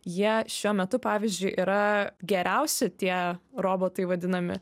jie šiuo metu pavyzdžiui yra geriausi tie robotai vadinami